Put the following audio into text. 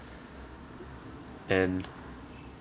and